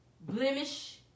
blemish